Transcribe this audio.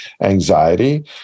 anxiety